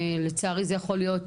ולצערי זה יכול להיות,